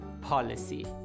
policy